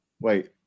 wait